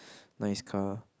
nice car